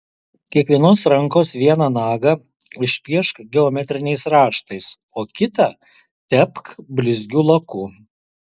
kiekvienos rankos vieną nagą išpiešk geometriniais raštais o kitą tepk blizgiu laku